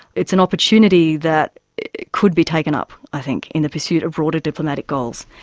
it's an opportunity that could be taken up i think in the pursuit of broader diplomatic goals.